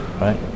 right